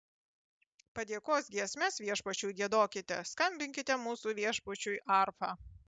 padėkos giesmes viešpačiui giedokite skambinkite mūsų viešpačiui arfa